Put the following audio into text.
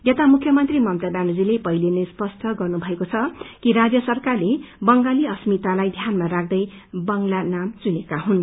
यता मुख्यमन्त्री ममता ब्यानर्जीले पहिले नै स्पष्ट गर्नुभएको छ कि राज्य सरकारले बंगाली अष्मितालाई ध्यानमा राख्दै बांग्ला नाउँ चुनेका हुन्